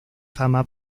fama